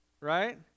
Right